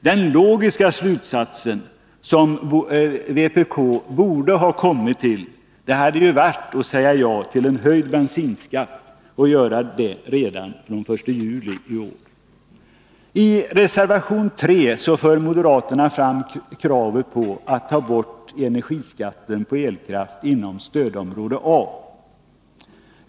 Den logiska slutsats som vpk borde kommit till hade ju varit att säga ja till en höjd bensinskatt redan från 1 juli i år. I reservation 3 för moderaterna fram kravet på att ta bort energiskatten på elkraft inom stödområde A.